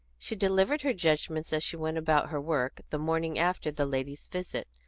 she delivered her judgments as she went about her work, the morning after the ladies' visit,